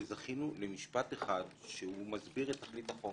וזכינו למשפט אחד שמסביר את תכלית החוק